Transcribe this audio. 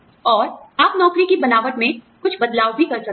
और आप नौकरी की बनावट में कुछ बदलाव भी कर सकते हैं